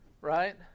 Right